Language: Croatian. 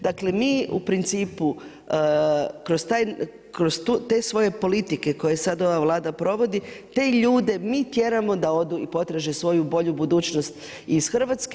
Dakle, mi u principu kroz te svoje politike koje sada ova Vlada provodi te ljude mi tjeramo da odu i potraže svoju bolju budućnost iz Hrvatske.